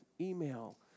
email